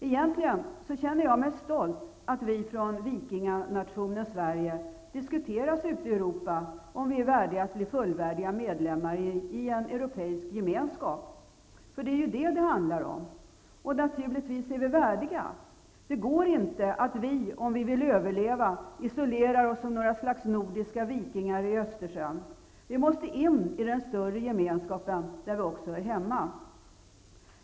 Egentligen känner jag mig stolt över att vi från vikinganationen Sverige diskuteras ute i Europa, om vi är värdiga att bli fullvärdiga medlemmar i en europeisk gemenskap. Det är ju vad det handlar om. Och naturligtvis är vi värdiga. Det går inte att vi, om vi vill överleva, isolerar oss som några slags nordiska vikingar i Östersjön. Vi måste in i den större gemenskapen, där vi också hör hemma.